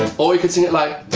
or he could sing it like